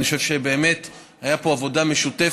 אני חושב שבאמת הייתה פה עבודה משותפת.